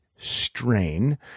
Strain